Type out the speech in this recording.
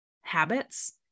habits